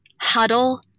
huddle